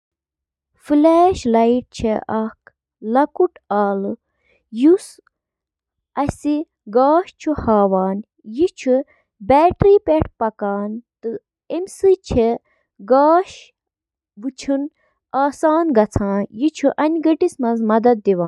سائیکلٕک اَہَم جُز تہٕ تِم کِتھ کٔنۍ چھِ اِکہٕ وٹہٕ کٲم کران تِمَن منٛز چھِ drive train, crank set, bottom bracket, brakes, wheel تہٕ ٹائر تہٕ باقی۔